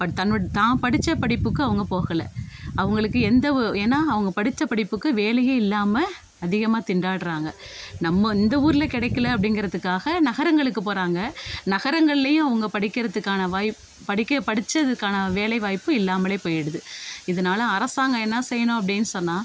but தன் but தான் படித்த படிப்புக்கு அவங்க போகலை அவங்களுக்கு எந்த ஒ ஏன்னா அவங்க படித்த படிப்புக்கு வேலையே இல்லாமல் அதிகமாக திண்டாடுறாங்க நம்ம இந்த ஊரில் கிடைக்கில அப்படிங்கிறதுக்காக நகரங்களுக்கு போகிறாங்க நகரங்கள்லேயும் அவங்க படிக்கிறதுக்கான வாய்ப் படிக்க படித்ததுக்கான வேலைவாய்ப்பு இல்லாமலே போயிடுது இதனால் அரசாங்கம் என்ன செய்யணும் அப்படின் சொன்னால்